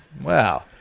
wow